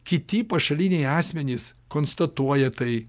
kiti pašaliniai asmenys konstatuoja tai